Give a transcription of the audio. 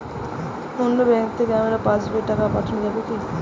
অন্য ব্যাঙ্ক থেকে আমার পাশবইয়ে টাকা পাঠানো যাবে কি?